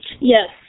Yes